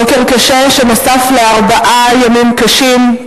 בוקר קשה שנוסף לארבעה ימים קשים,